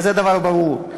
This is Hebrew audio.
וזה דבר ברור.